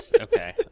Okay